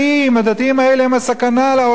הדתיים האלה הם הסכנה לעולם,